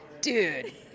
dude